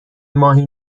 ماهی